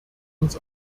uns